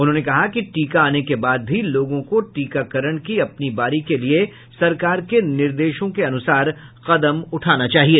उन्होंने कहा कि टीका आने के बाद भी लोगों को टीकाकरण की अपनी बारी के लिए सरकार के निर्देशों के अनुसार कदम उठाना चाहिए